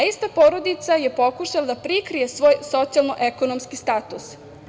Ista porodica je pokušala da prikrije svoj socijalno-ekonomski status.